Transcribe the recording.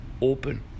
open